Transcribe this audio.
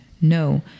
no